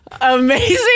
amazing